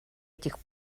этих